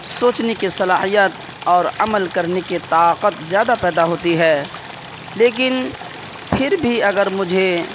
سوچنے کی صلاحیت اور عمل کرنے کے طاقت زیادہ پیدا ہوتی ہے لیکن پھر بھی اگر مجھے